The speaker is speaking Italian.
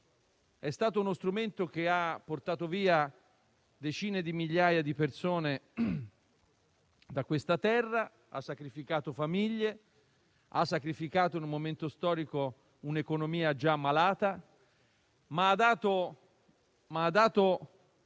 è stato uno strumento che ha portato via decine di migliaia di persone da questa terra, ha sacrificato famiglie, ha sacrificato in un momento storico un'economia già ammalata, ma ha aperto